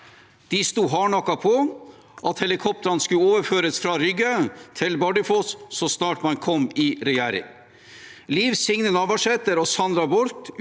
De sto hardnakket på at helikoptrene skulle overføres fra Rygge til Bardufoss så snart man kom i regjering. Liv Signe Navarsete og Sandra Borch